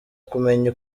kumenya